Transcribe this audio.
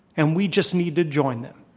and we just need to join them.